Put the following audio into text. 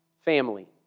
Family